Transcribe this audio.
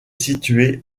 située